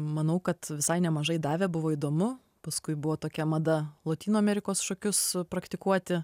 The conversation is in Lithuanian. numanau kad visai nemažai davė buvo įdomu paskui buvo tokia mada lotynų amerikos šokius praktikuoti